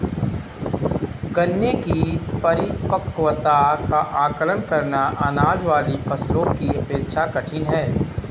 गन्ने की परिपक्वता का आंकलन करना, अनाज वाली फसलों की अपेक्षा कठिन है